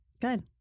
Good